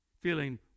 feeling